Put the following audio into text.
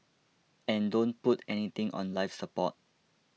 and don't put anything on life support